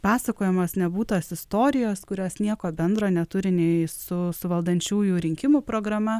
pasakojamos nebūtos istorijos kurios nieko bendro neturi nei su valdančiųjų rinkimų programa